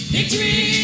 Victory